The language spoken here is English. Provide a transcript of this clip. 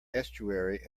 estuary